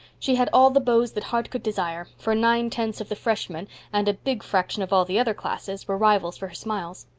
she had all the beaux that heart could desire, for nine-tenths of the freshmen and a big fraction of all the other classes were rivals for her smiles.